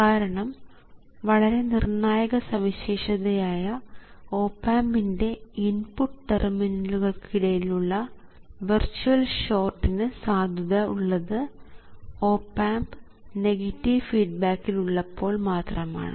കാരണം വളരെ നിർണായക സവിശേഷതയായ ഓപ് ആമ്പിൻറെ ഇൻപുട്ട് ടെർമിനലുകൾ ക്ക് ഇടയിലുള്ള ഉള്ള വെർച്വൽ ഷോർട്ട് ന് സാധുത ഉള്ളത് ഓപ് ആമ്പ് നെഗറ്റീവ് ഫീഡ്ബാക്കിൽ ഉള്ളപ്പോൾ മാത്രമാണ്